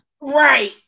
right